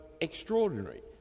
extraordinary